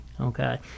okay